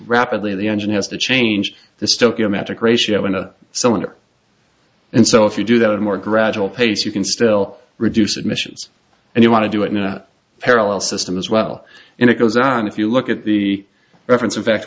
rapidly the engine has to change the still your magic ratio in a cylinder and so if you do that a more gradual pace you can still reduce admissions and you want to do it in a parallel system as well and it goes on if you look at the reference in fact